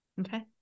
Okay